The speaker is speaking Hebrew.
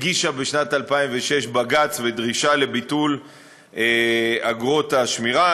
הגישה בשנת 2006 בג"ץ בדרישה לביטול אגרות השמירה.